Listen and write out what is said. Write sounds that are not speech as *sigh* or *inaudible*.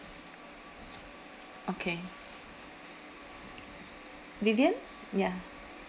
okay *noise* vivian ya